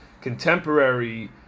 contemporary